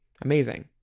amazing